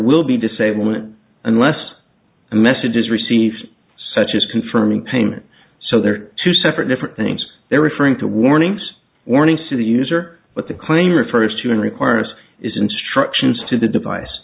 will be disablement unless a message is received such as confirming payment so they're two separate different things they're referring to warnings warnings to the user what the claim refers to and requires is instructions to the device